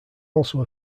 also